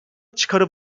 çıkarı